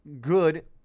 good